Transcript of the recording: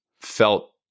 felt